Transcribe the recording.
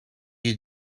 you